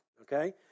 okay